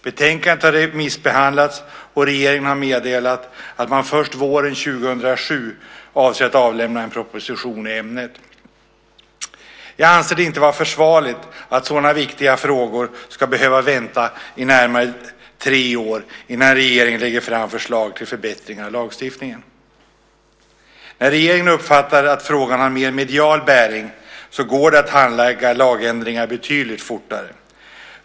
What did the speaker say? Betänkandet har remissbehandlats, och regeringen har meddelat att man först våren 2007 avser att avlämna en proposition i ämnet. Jag anser det inte vara försvarligt att man ska behöva vänta i närmare tre år innan regeringen lägger fram förslag till förbättringar av lagstiftningen när det gäller sådana viktiga frågor. När regeringen uppfattar att frågan har mer medial bäring går det att handlägga lagändringar betydligt fortare.